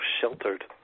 sheltered